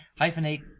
Hyphenate